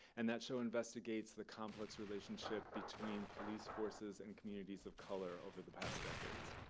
and that show investigates the complex relationship between police forces and communities of color over the past decades.